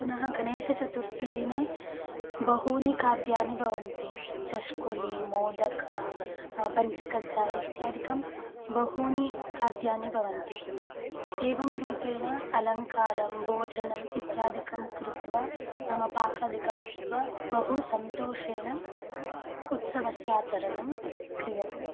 पुनः गणेशचतुर्थिदिने बहूनि खाद्यानि भवन्ति चष्कुली मोदकं पञ्चकज्जायः इत्यादिकं बहूनि खाद्यानि भवन्ति एवं रूपेण अलङ्कारं भोजनम् इत्यादिकं कृत्वा नाम पाकादिकं कृत्वा बहु सन्तोषेण उत्सवस्य आचरणं क्रियते